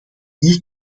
hier